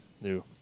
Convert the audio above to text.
new